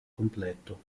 completo